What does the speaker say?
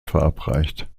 verabreicht